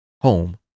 home